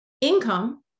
income